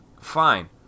Fine